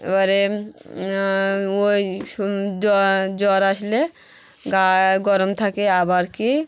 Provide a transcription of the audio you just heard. এবারে ওই সু জো জ্বর আসলে গা গরম থাকে আবার কি